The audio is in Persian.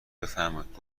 بفرمایید